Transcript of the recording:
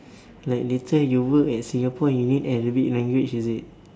like later you work at Singapore you need Arabic language is it